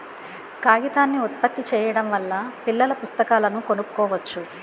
కాగితాన్ని ఉత్పత్తి చేయడం వల్ల పిల్లల పుస్తకాలను కొనుక్కోవచ్చు